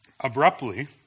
Abruptly